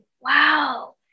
wow